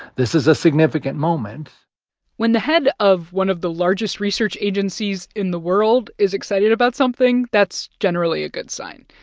this is a significant moment when the head of one of the largest research agencies in the world is excited about something, that's generally a good sign.